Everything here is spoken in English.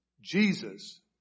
Jesus